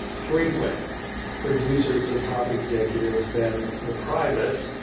frequent producers of top executives than the privates.